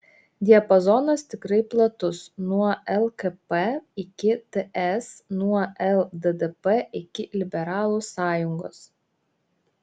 diapazonas tikrai platus nuo lkp iki ts nuo lddp iki liberalų sąjungos